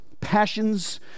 passions